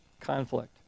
conflict